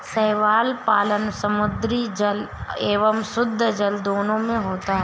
शैवाल पालन समुद्री जल एवं शुद्धजल दोनों में होता है